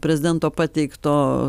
prezidento pateikto